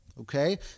okay